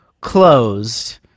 closed